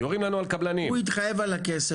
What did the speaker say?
יורים לנו על קבלנים --- הוא התחייב על הכסף.